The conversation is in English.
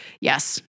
Yes